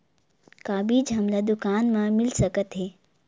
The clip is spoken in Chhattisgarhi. का बीज हमला दुकान म मिल सकत हे?